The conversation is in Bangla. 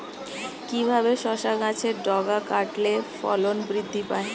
কিভাবে শসা গাছের ডগা কাটলে ফলন বৃদ্ধি পায়?